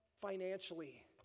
financially